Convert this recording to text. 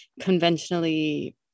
conventionally